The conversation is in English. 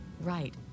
Right